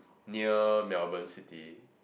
near Melbourne city